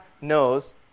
knows